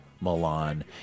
Milan